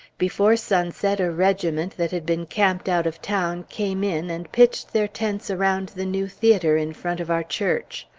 before sunset a regiment, that had been camped out of town, came in, and pitched their tents around the new theatre, in front of our church.